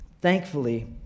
thankfully